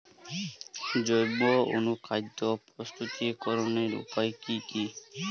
জৈব অনুখাদ্য প্রস্তুতিকরনের উপায় কী কী?